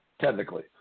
technically